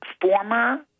former